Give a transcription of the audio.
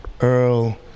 Earl